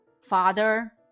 father